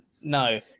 No